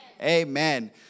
Amen